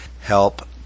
help